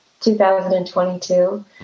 2022